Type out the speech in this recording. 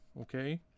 Okay